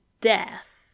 death